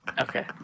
Okay